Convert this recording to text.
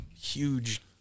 huge